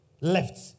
left